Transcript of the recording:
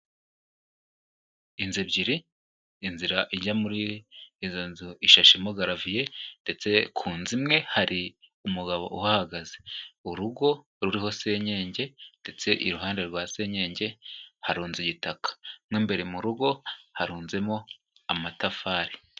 Inzu ebyiri inzira ijya muri izo nzu ishashemo garaviye ndetse ku nzu imwe hari umugabo uhahagaze. Urugo ruriho senyenge ndetse iruhande rwa senyenge harunze igitaka, mu imbere mu rugo harunzemo amatafari.